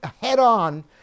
head-on